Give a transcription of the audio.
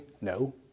no